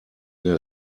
der